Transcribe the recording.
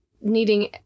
needing